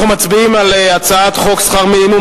אנחנו מצביעים על הצעת חוק שכר מינימום.